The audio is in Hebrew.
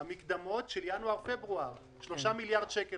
את המקדמות של ינואר-פברואר בסך 3 מיליארד שקל.